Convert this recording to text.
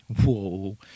whoa